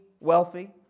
wealthy